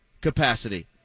capacity